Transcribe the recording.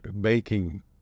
baking